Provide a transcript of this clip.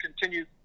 continue